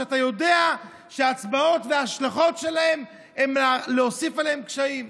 כשאתה יודע שההשלכות של ההצבעות הן להוסיף עליהם קשיים?